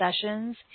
sessions